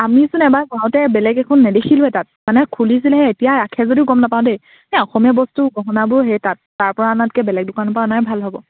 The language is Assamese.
আমিচোন এবাৰ যাওঁতে বেলেগ একো নেদখিলোঁৱে তাত মানে খুলিছিলেহে এতিয়া ৰাখে যদিও গম নাপাওঁ দেই এই অসমীয়া বস্তু গহনাবোৰ সেই তাৰ পৰা অনাতকে বেলেগ দোকানৰ পৰা অনাই ভাল হ'ব